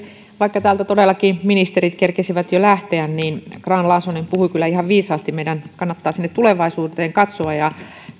vaikka täältä todellakin ministerit kerkesivät jo lähteä niin grahn laasonen puhui kyllä ihan viisaasti meidän kannattaa sinne tulevaisuuteen katsoa